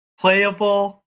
playable